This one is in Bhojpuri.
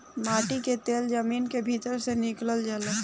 माटी के तेल जमीन के भीतर से निकलल जाला